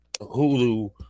Hulu